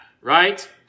Right